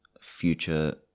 future